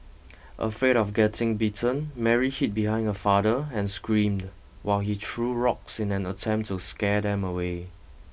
afraid of getting bitten Mary hid behind her father and screamed while he threw rocks in an attempt to scare them away